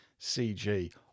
CG